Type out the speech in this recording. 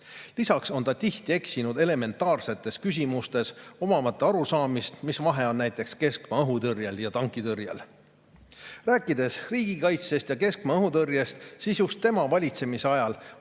Lisaks on ta tihti eksinud elementaarsetes küsimustes, aru saamata, mis vahe on näiteks keskmaa õhutõrjel ja tankitõrjel. Rääkides riigikaitsest ja keskmaa õhutõrjest, siis just tema valitsemisajal